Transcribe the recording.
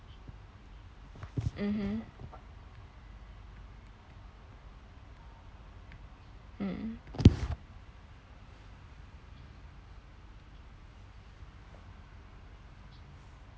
mmhmm mm